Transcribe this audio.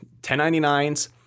1099s